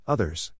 Others